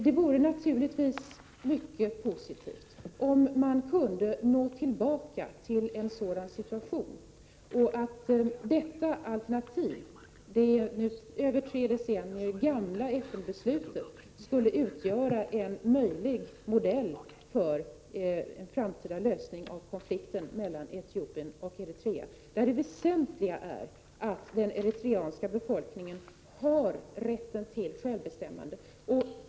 Det vore naturligtvis mycket positivt om man kunde nå tillbaka till en sådan situation och att detta alternativ, det nu över tre decennier gamla FN-beslutet, kunde utgöra en möjlig modell för en framtida lösning av konflikten mellan Etiopien och Eritrea, där det väsentliga är att den eritreanska befolkningen har rätt till självbestämmande.